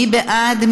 מי בעד?